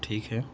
ٹھیک ہے